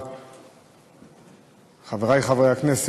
על קיומה של מדינה יהודית חופשית ודמוקרטית,